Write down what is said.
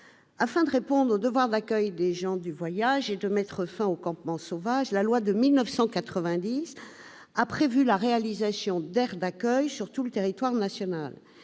Afin de répondre au devoir d'accueil des gens du voyage et de mettre fin aux campements sauvages, la loi de 1990 avait prévu la réalisation d'aires d'accueil sur tout le territoire national.